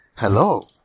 Hello